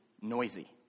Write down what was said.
noisy